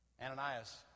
Ananias